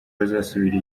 bazasubira